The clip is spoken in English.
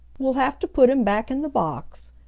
we'll have to put him back in the box,